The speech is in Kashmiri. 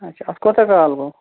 اَچھا اَتھ کوتاہ کال گوٚو